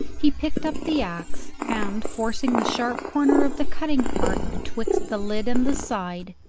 he picked up the axe, and forcing the sharp corner of the cutting part betwixt the lid and the side,